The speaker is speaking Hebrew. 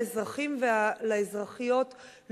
לאזרחים ולאזרחיות,